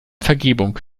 vergebung